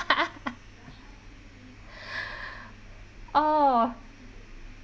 oh